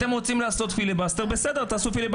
אתם רוצים לעשות פיליבאסטר בבקשה.